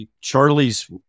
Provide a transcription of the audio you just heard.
Charlie's